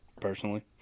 personally